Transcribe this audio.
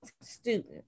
student